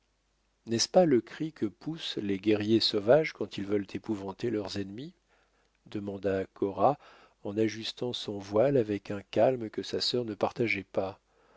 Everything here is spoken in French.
n'est-ce pas le cri que poussent les guerriers sauvages quand ils veulent épouvanter leurs ennemis demanda cora en ajustant son voile avec un calme que sa sœur ne partageait pas